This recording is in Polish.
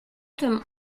tym